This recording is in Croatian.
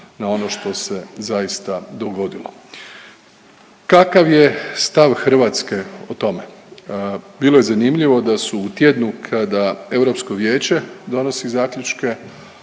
na ono što se zaista dogodilo. Kakav je stav Hrvatske o tome? Bilo je zanimljivo da su u tjednu kada Europsko vijeće donosi zaključke